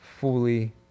fully